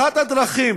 אחת הדרכים